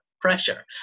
pressure